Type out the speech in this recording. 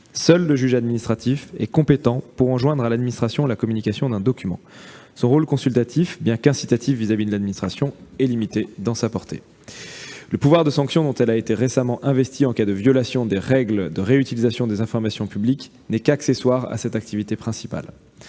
Seul le juge administratif est compétent pour enjoindre à l'administration la communication d'un document. Son rôle consultatif, bien qu'incitatif à l'égard de l'administration, est limité dans sa portée. Le pouvoir de sanction dont elle a été récemment investie en cas de violation des règles de réutilisation des informations publiques n'est qu'accessoire à cette activité principale.